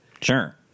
Sure